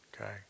okay